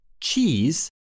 cheese